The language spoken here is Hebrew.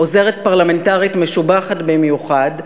עוזרת פרלמנטרית משובחת במיוחד,